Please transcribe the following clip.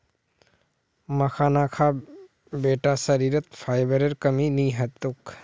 मखाना खा बेटा शरीरत फाइबरेर कमी नी ह तोक